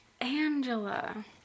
Angela